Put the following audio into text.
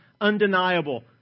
undeniable